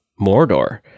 mordor